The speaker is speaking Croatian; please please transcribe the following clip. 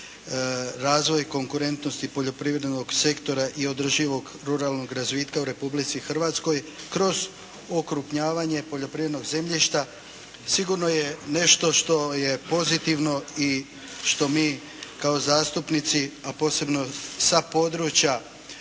razvoj konkurentnosti poljoprivrednog sektora i održivog ruralnog razvitka u Republici Hrvatskoj kroz okrupnjavanje poljoprivrednog zemljišta sigurno je nešto što je pozitivno i nešto što mi kao zastupnici, a posebno sa područja